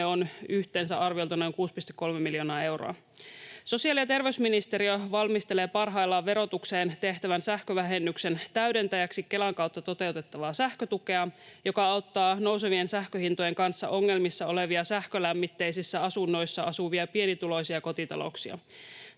on yhteensä arviolta noin 6,3 miljoonaa euroa. Sosiaali- ja terveysministeriö valmistelee parhaillaan verotukseen tehtävän sähkövähennyksen täydentäjäksi Kelan kautta toteutettavaa sähkötukea, joka auttaa nousevien sähkönhintojen kanssa ongelmissa olevia, sähkölämmitteisissä asunnoissa asuvia pienituloisia kotitalouksia.